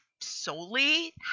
solely